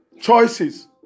choices